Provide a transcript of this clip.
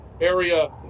area